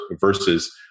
versus